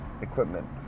equipment